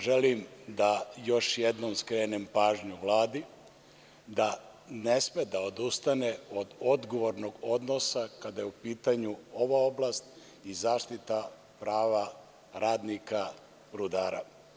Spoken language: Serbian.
Želim da još jednom skrenem pažnju Vladi da ne sme da odustane od odgovornog odnosa kada je u pitanju ova oblast i zaštita prava radnika rudara.